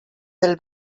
del